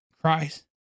Christ